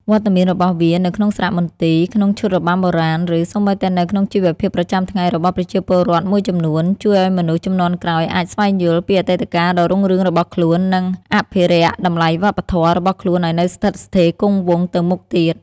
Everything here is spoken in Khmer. វត្តមានរបស់វា នៅក្នុងសារមន្ទីរ ក្នុងឈុតរបាំបុរាណ ឬសូម្បីតែនៅក្នុងជីវភាពប្រចាំថ្ងៃរបស់ប្រជាពលរដ្ឋមួយចំនួន ជួយឱ្យមនុស្សជំនាន់ក្រោយអាច ស្វែងយល់ ពីអតីតកាលដ៏រុងរឿងរបស់ខ្លួន និង អភិរក្សតម្លៃវប្បធម៌ របស់ខ្លួនឱ្យនៅស្ថិតស្ថេរគង់វង្សទៅមុខទៀត។